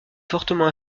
fortement